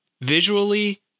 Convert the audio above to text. visually